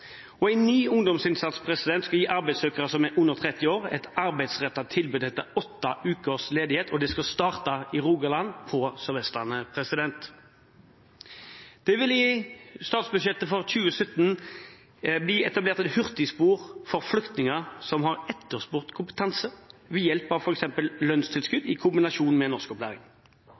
utvidet. En ny ungdomsinnsats skal gi arbeidssøkere under 30 år et arbeidsrettet tilbud etter åtte ukers ledighet, og dette skal starte i Rogaland på Sør-Vestlandet. Det vil i statsbudsjettet for 2017 bli etablert et hurtigspor inn i arbeidsmarkedet for flyktninger som har en etterspurt kompetanse, ved hjelp av f.eks. lønnstilskudd i kombinasjon med norskopplæring.